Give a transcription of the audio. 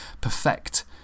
perfect